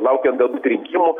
laukiant galbūt rinkimų